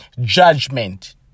judgment